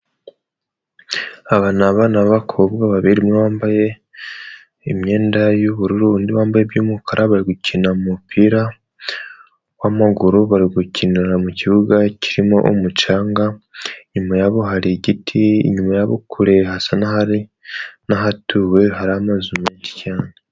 Aba ni abana bakobwa babiri umwe wambaye imyenda y'ubururu, undi wambaye iby'umukara barikina umupira w'amaguru, bari gukinira mu kibuga kirimo umucanga inyuma yabo hari igiti, inyuma kure hasa n'ahari n'ahatuwe hari amazi menshi cyane.